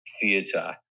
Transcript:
theater